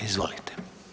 Izvolite.